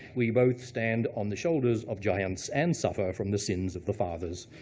we both stand on the shoulders of giants and suffer from the sins of the fathers.